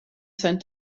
sein